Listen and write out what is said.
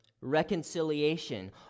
Reconciliation